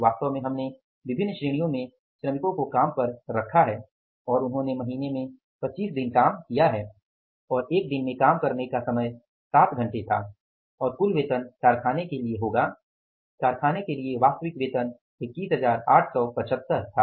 वास्तव में हमने विभिन्न श्रेणियों में श्रमिकों को काम पर रखा है और उन्होंने महीने में 25 दिन काम किया है और एक दिन में काम करने का समय 7 घंटे था और कुल वेतन कारखाने के लिए होगा कारखाने के लिए वास्तविक वेतन 21875 था